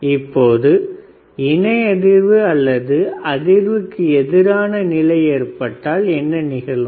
இப்பொழுது இணை அதிர்வு அல்லது அதிர்வுக்கு எதிரான நிலை ஏற்பட்டால் என்ன நிகழும்